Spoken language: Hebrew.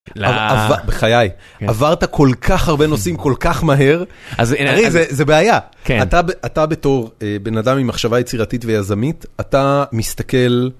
בחיי עברת כל כך הרבה נושאים כל כך מהר אז זה בעיה אתה אתה בתור בן אדם עם מחשבה יצירתית ויזמית אתה מסתכל.